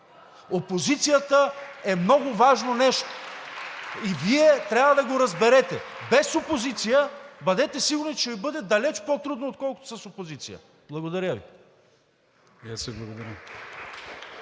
Опозицията е много важно нещо и Вие трябва да го разберете. Без опозиция, бъдете сигурни, че ще Ви бъде далеч по-трудно, отколкото с опозиция. Благодаря Ви.